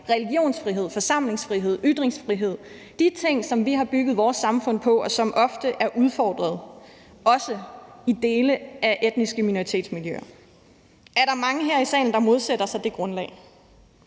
religionsfrihed, forsamlingsfrihed og ytringsfrihed, altså de ting, som vi har bygget vores samfund på, og som ofte er udfordret, også i dele af etniske minoritetsmiljøer. Er der mange her i salen, der modsætter sig det grundlag?